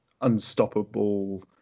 unstoppable